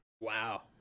Wow